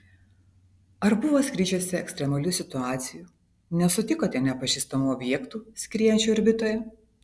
ar buvo skrydžiuose ekstremalių situacijų nesutikote nepažįstamų objektų skriejančių orbitoje